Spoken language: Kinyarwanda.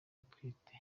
atwite